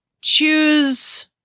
choose